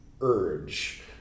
urge